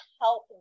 help